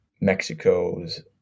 Mexico's